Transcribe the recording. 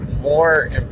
more